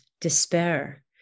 despair